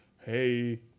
hey